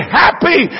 happy